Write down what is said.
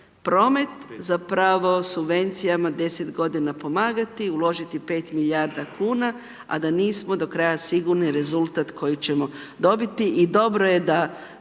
promet zapravo subvencijama 10 g. pomagati, uložiti 5 milijarda kuna a da nismo do kraja sigurni rezultat koji ćemo dobiti i dobro je da